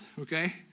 okay